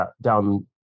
down